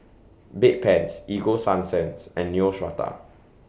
Bedpans Ego Sunsense and Neostrata